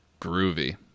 Groovy